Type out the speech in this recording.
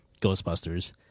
Ghostbusters